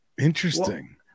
Interesting